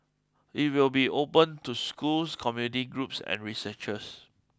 it will be open to schools community groups and researchers